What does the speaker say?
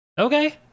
Okay